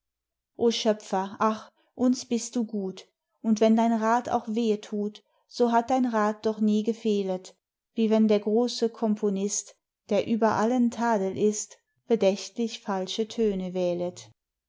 o schöpfer ach uns bist du gut und wenn dein rath auch wehe tut so hat dein rath doch nie gefehlet wie wenn der große componist der über allen tadel ist bedächtlich falsche töne wählet